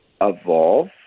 evolve